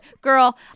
girl